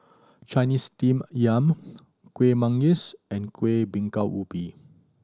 Chinese Steamed Yam Kuih Manggis and Kueh Bingka Ubi